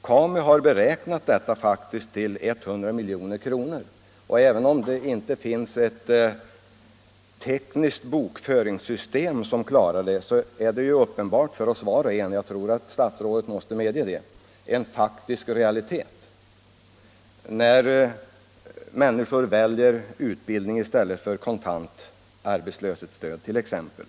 KAMU har uppskattat dessa minskade kostnader till 100 milj.kr. och även om det inte finns ett tekniskt bokföringssystem som klarar det, är det uppenbart att — jag tror att statsrådet måste medge det — kostnaderna ökar på ett område samtidigt som de minskar på ett annat när människor väljer utbildning i stället för kontant arbetslöshetsstöd t.ex.